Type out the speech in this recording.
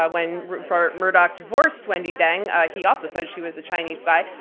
ah when rupert murdoch divorced wendi deng, he also said she was a chinese spy.